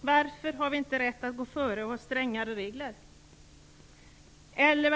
Varför har vi inte rätt att gå före och ha strängare regler?